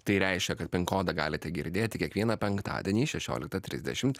tai reiškia kad pin kodą galite girdėti kiekvieną penktadienį šešioliktą trisdešimt